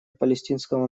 палестинского